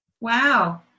Wow